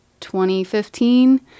2015